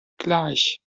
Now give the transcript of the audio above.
gleich